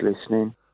listening